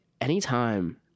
anytime